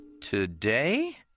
today